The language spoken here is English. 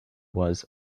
was